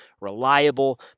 reliable